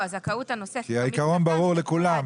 הזכאות הנוספת --- כי העיקרון ברור לכולם,